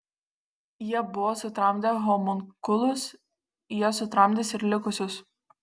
jie buvo sutramdę homunkulus jie sutramdys ir likusius